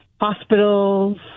hospitals